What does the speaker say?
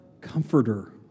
Comforter